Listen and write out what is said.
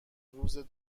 روز